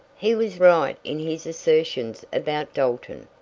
he was right in his assertions about dalton,